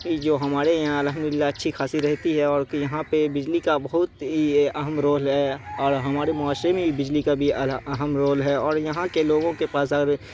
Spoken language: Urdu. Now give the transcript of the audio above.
جو ہمارے یہاں الحمد اللہ اچھی خاصی رہتی ہے اور کہ یہاں پہ بجلی کا بہت یہ اہم رول ہے اور ہمارے معاشرے میں بجلی کا بھی اہم رول ہے اور یہاں کے لوگوں کے پاس اگر